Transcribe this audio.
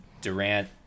Durant